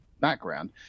background